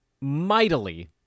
mightily